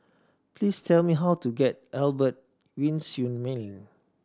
please tell me how to get Albert Winsemius Lane